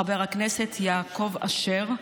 חבר הכנסת יעקב אשר,